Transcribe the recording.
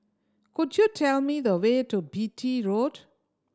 could you tell me the way to Beatty Road